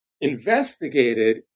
investigated